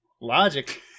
Logic